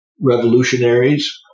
revolutionaries